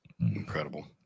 Incredible